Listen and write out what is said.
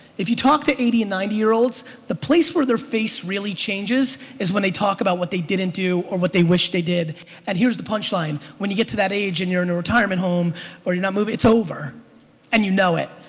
if you talk to eighty and ninety year olds the place where their face really changes is when they talk about what they didn't do or what they wished they did and here's the punch line when you get to that age and you're in a retirement home or you're not moving it's over and you know it.